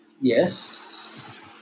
Yes